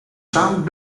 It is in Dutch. samen